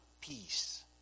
peace